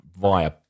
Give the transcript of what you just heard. via